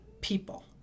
people